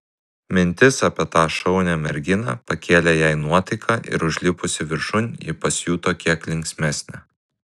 mintis apie tą šaunią merginą pakėlė jai nuotaiką ir užlipusi viršun ji pasijuto kiek linksmesnė